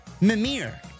Mimir